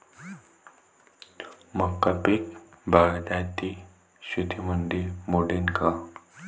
मका पीक बागायती शेतीमंदी मोडीन का?